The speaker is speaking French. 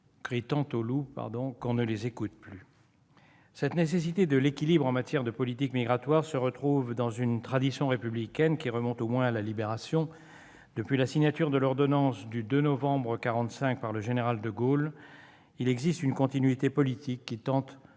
crient tant au loup qu'on ne les écoute plus. Cette nécessité de l'équilibre en matière de politique migratoire se retrouve dans une tradition républicaine, qui remonte au moins à la Libération. Depuis la signature de l'ordonnance du 2 novembre 1945 par le général de Gaulle, il existe une continuité politique qui tente